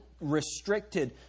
restricted